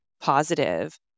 positive